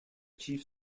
chief